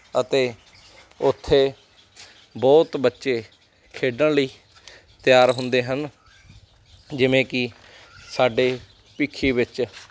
ਅਤੇ ਉੱਥੇ ਬਹੁਤ ਬੱਚੇ ਖੇਡਣ ਲਈ ਤਿਆਰ ਹੁੰਦੇ ਹਨ ਜਿਵੇਂ ਕਿ ਸਾਡੇ ਭੀਖੀ ਵਿੱਚ